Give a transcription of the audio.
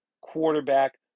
quarterback